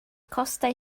costau